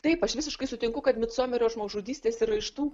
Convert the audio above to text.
taip aš visiškai sutinku kad micomerio ir žmogžudystės yra iš tų